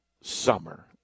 summer